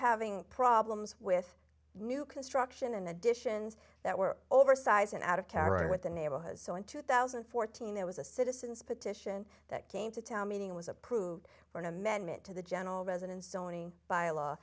having problems with new construction and additions that were oversized and out of character with the neighborhood so in two thousand and fourteen there was a citizen's petition that came to town meeting was approved for an amendment to the general residence zoning by a law